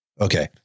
okay